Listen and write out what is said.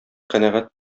канәгать